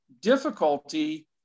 difficulty